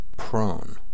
prone